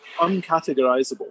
uncategorizable